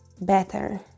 better